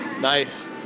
Nice